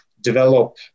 develop